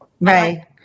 Right